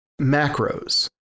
macros